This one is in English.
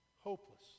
hopeless